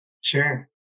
Sure